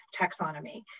taxonomy